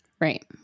Right